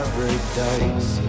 Paradise